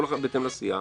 כל אחד בהתאם לסיעה,